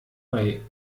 bei